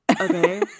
okay